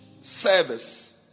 service